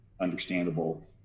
understandable